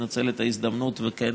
אנצל את ההזדמנות וכן